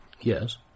Yes